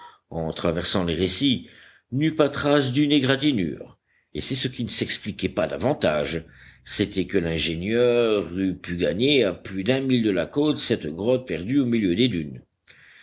en traversant les récifs n'eût pas trace d'une égratignure et ce qui ne s'expliquait pas davantage c'était que l'ingénieur eût pu gagner à plus d'un mille de la côte cette grotte perdue au milieu des dunes